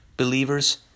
believers